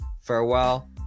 farewell